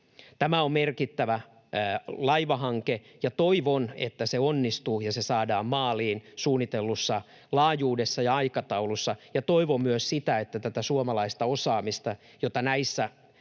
Tämä on merkittävä laivahanke, ja toivon, että se onnistuu ja se saadaan maaliin suunnitellussa laajuudessa ja aikataulussa. Toivon myös sitä, että tätä suomalaista osaamista, jota näissä